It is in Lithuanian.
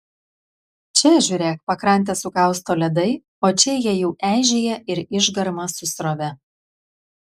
čia žiūrėk pakrantę sukausto ledai o čia jie jau eižėja ir išgarma su srove